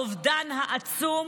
האובדן העצום